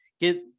get